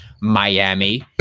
Miami